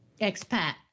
Expat